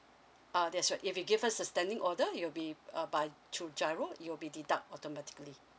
uh that's right if you give us a standing order it'll be uh by to GIRO it will be deduct automatically